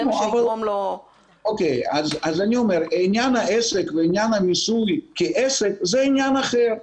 זה מה שיגרום לו --- ענין העסק והמיסוי כעסק זה עניין אחר.